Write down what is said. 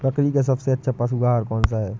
बकरी का सबसे अच्छा पशु आहार कौन सा है?